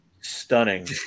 Stunning